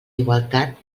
igualtat